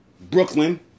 Brooklyn